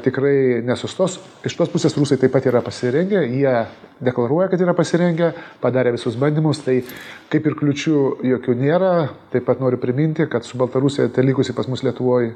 tikrai nesustos iš tos pusės rusai taip pat yra pasirengę jie deklaruoja kad yra pasirengę padarę visus bandymus tai kaip ir kliūčių jokių nėra taip pat noriu priminti kad su baltarusija telikusi pas mus lietuvoj